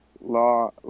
law